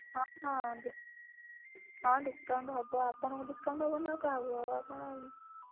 ହଁ ହଁ ଡ଼ିସ୍କାଉଣ୍ଟ୍ ହେବ ଆପଣଙ୍କୁ ଡ଼ିସ୍କାଉଣ୍ଟ୍ ହେବନି ଆଉ କାହାକୁ ହେବ ଆପଣ